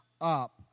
up